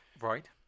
Right